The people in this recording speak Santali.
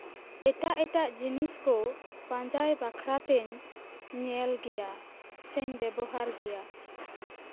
ᱮᱴᱟᱜ ᱮᱴᱟᱜ ᱡᱤᱱᱤᱥ ᱠᱚ ᱯᱟᱸᱡᱟᱭ ᱵᱟᱠᱷᱨᱟ ᱛᱤᱧ ᱧᱮᱞ ᱜᱮᱭᱟ ᱥᱮᱧ ᱵᱮᱵᱚᱦᱟᱨ ᱜᱮᱭᱟ